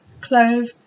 clove